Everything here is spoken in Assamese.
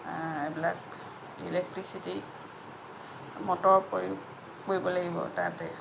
এইবিলাক ইলেকট্ৰিচিটি মটৰ প্ৰয়োগ কৰিব লাগিব তাতে